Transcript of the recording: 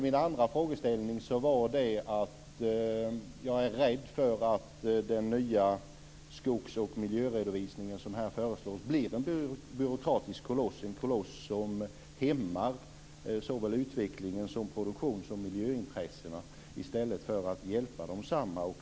Min andra fråga gällde att jag är rädd för att den nya skogs och miljöredovisning som här föreslås blir en byråkratisk koloss, en koloss som hämmar såväl utvecklingen som produktions och miljöintressena i stället för att hjälpa desamma.